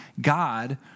God